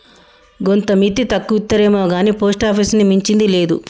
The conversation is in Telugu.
గోంత మిత్తి తక్కువిత్తరేమొగాని పోస్టాపీసుని మించింది లేదు